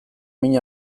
min